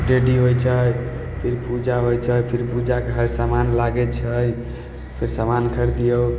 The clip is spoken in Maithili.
रेडी होइ छै फिर पूजा होइ छै फिर पूजाके हर सामान लागय छै फेर सामान खरीदियौ